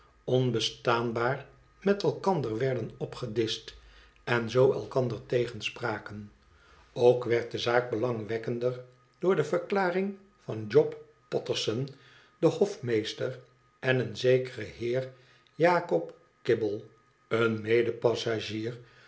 onbestaanbaar met elkander werden opgedischt en zoo elkander tegenspraken ook werd de zaak belangwekkender door de verklaring van job potterson den hofmeester en een zekeren hee jakob kibble een medepassagier